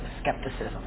skepticism